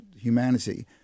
humanity